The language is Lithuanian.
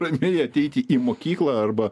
ramiai ateiti į mokyklą arba